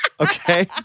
Okay